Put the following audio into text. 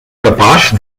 capaç